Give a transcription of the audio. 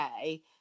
okay